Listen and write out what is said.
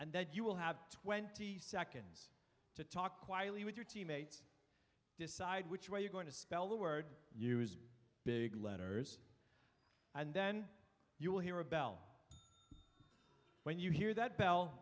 and then you will have twenty seconds to talk quietly with your teammates decide which way you're going to spell the word use big letters and then you'll hear a bell when you hear that bell